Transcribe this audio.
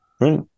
Right